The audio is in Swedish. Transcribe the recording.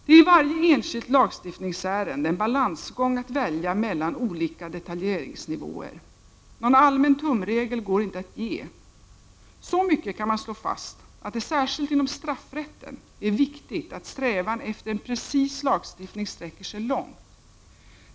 Det är i varje enskilt lagstiftningsärende en balansgång att välja mellan olika detaljeringsnivåer. Någon allmän tumregel går inte att ge. Så mycket kan man slå fast att det särskilt inom straffrätten är viktigt att strävan efter en precis lagstiftning sträcker sig långt.